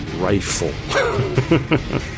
rifle